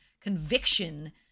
conviction